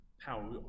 power